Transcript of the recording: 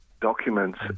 documents